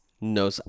no